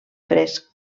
fresc